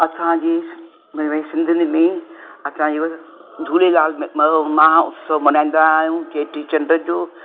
असांजी भई सिंधियुनि में असांजो झूलेलाल में म महाउत्सव मल्हाईंदा आहियूं चेटी चंड जो